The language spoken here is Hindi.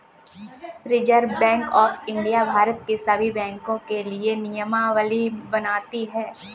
reserve Bank of India Bharat के सभी बैंकों के लिए नियमावली बनाती है